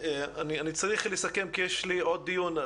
אני צריך לסכם כי יש לי עוד דיון.